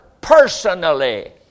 personally